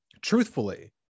truthfully